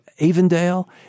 Avondale